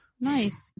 Nice